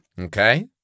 Okay